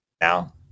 now